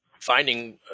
finding